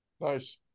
nice